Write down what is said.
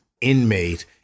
inmate